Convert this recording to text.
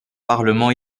parlement